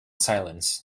silence